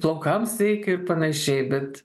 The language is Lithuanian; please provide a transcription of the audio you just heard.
plaukam sveika ir panašiai bet